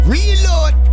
Reload